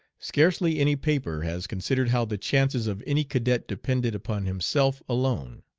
scarcely any paper has considered how the chances of any cadet depended upon himself alone.